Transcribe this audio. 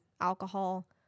alcohol